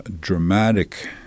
dramatic